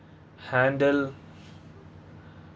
handle